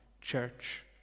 church